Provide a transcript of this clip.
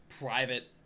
private